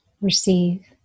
receive